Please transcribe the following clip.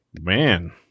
Man